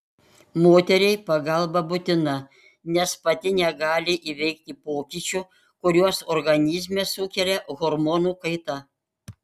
moteriai pagalba būtina nes pati negali įveikti pokyčių kuriuos organizme sukelia hormonų kaita